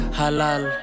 halal